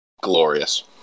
glorious